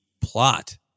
plot